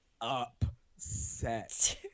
upset